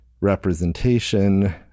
representation